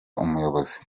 umuyobozi